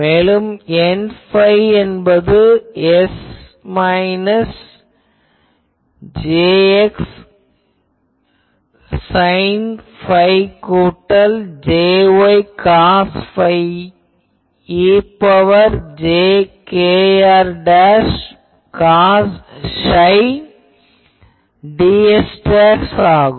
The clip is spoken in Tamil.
மேலும் Nϕ என்பது S minus Jx sine phi கூட்டல் Jy காஸ் phi e ன் power j kr cos psi ds ஆகும்